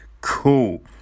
Cool